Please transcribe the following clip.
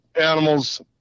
animals